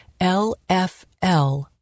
lfl